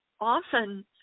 often